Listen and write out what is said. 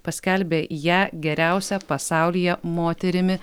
paskelbė ją geriausia pasaulyje moterimi